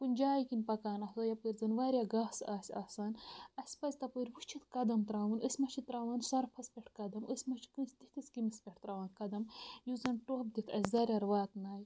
کُنہِ جایہِ کِنۍ پَکان آسو یَپٲرۍ زَن واریاہ گاسہٕ آسہِ آسان اَسہِ پَزِ تَپٲرۍ وُچھِتھ قدم تراوُن أسۍ ما چھِ تراوان سَرفَس پٮ۪ٹھ قدم أسۍ ما چھِ کٲنٛسہِ تِتھِس قیٖمِس پٮ۪ٹھ تراوان قدم یُس زَن ٹوٚپھ دِتھ اَسہِ زَرٮ۪ر واتنایہِ